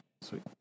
Sweet